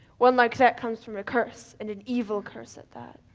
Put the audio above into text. one like that comes from a curse and an evil curse at that.